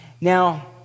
Now